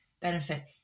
benefit